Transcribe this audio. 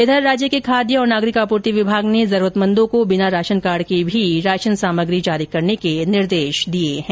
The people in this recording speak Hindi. इधर राज्य के खाद्य एवं नागरिक आपूर्ति विभाग ने जरूरतमंदों को बिना राशनकार्ड के भी राशन सामग्री देने के निर्देश दिए है